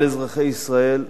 על אזרחי ישראל,